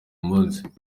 munsi